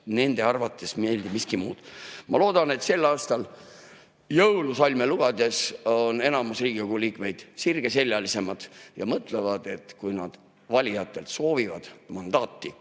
nende arvates meeldib miski muu. Ma loodan, et sel aastal jõulusalme lugedes on enamik Riigikogu liikmeid sirgeseljalised ja mõtlevad, et kui nad soovivad valijatelt